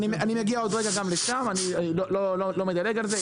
אני מגיע עוד רגע גם לשם, אני לא מדלג על זה.